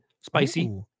spicy